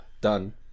done